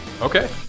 okay